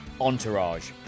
entourage